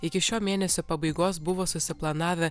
iki šio mėnesio pabaigos buvo susiplanavę